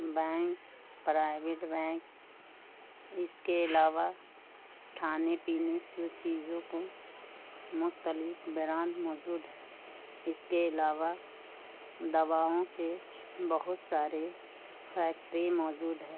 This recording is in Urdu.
بینک پرائیویٹ بینک اس کے علاوہ کھانے پینے کی چیزوں کو مختلف برانڈ موجود ہے اس کے علاوہ دواؤں کے بہت سارے فیکٹری موجود ہیں